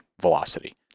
velocity